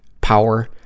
power